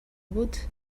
wood